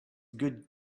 good